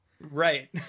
Right